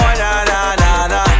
na-na-na-na